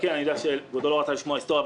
שכבודו לא רצה לשמוע על ההיסטוריה,